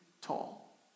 tall